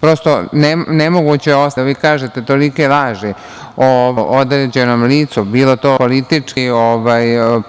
Prosto, nemoguće je ostaviti da vi kažete tolike laži o određenom licu, bilo to politički,